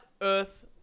Earth